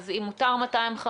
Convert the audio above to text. אם מותר 250,